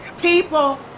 People